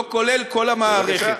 לא כולל כל המערכת.